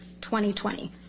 2020